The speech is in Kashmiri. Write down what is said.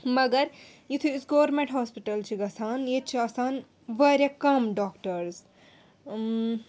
مگر یِتھُے أسۍ گورمٮ۪نٹ ہاسپِٹَل چھِ گَژھان ییٚتہِ چھِ آسان وارِیاہ کَم ڈاکٹٲرٕز